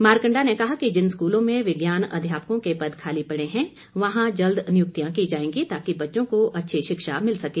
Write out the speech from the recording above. मारकंडा ने कहा कि जिन स्कूलों में विज्ञान अध्यापकों के पद खाली पड़े हैं वहां जल्द नियुक्तियां की जाएंगी ताकि बच्चों को अच्छी शिक्षा मिल सके